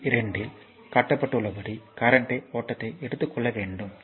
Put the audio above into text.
2 இல் காட்டப்பட்டுள்ளபடி கரண்ட்யை ஓட்டத்தை எடுத்துக்கொள்ள வேண்டும்